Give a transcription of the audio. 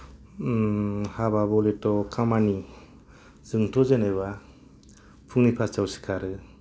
हाबा बले तो खामानि जोंथ' जेन'बा फुंनि पासथायाव सिखारो